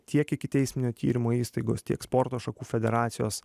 tiek ikiteisminio tyrimo įstaigos tiek sporto šakų federacijos